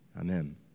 Amen